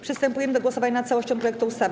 Przystępujemy do głosowania nad całością projektu ustawy.